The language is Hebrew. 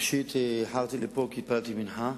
ראשית, איחרתי לפה כי התפללתי מנחה,